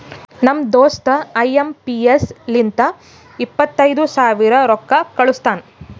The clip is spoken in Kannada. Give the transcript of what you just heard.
ನಮ್ ದೋಸ್ತ ಐ ಎಂ ಪಿ ಎಸ್ ಲಿಂತ ಇಪ್ಪತೈದು ಸಾವಿರ ರೊಕ್ಕಾ ಕಳುಸ್ತಾನ್